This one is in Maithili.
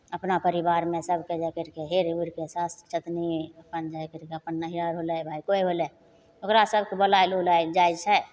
अपना परिवारमे सबके जा करके हेर हुरिके अपन नैहर होलय कोइ होलय ओकरा सबके बोलायल उलायल जाइ छै